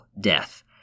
death